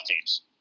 teams